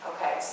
Okay